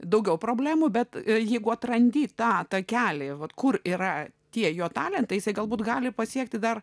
daugiau problemų bet jeigu atrandi tą takelį vat kur yra tie jo talentai jisai galbūt gali pasiekti dar